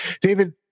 David